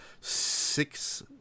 six